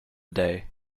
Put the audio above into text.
day